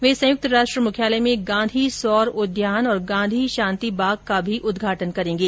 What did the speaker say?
वे संयुक्त राष्ट्र मुख्यालय में गांधी सौर उद्यान और गांधी शांति बाग का भी उदघाटन भी करेंगे